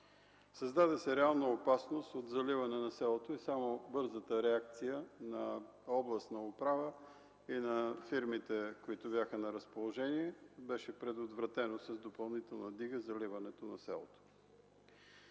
Създаде се реална опасност от заливане на селото и само бързата реакция на областната управа и на фирмите, които бяха на разположение, беше предотвратено чрез допълнителна дига заливането на селото.